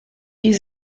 die